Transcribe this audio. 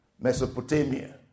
Mesopotamia